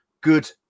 good